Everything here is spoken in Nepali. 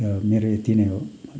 र मेरो यति नै हो